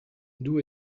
d’où